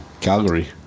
Calgary